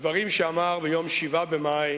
דברים שאמר ביום 7 במאי,